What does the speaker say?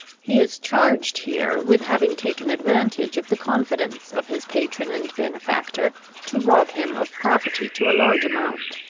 he is charged here with having taken advantage of the confidence of his patron and benefactor to rob him of property to a large amount.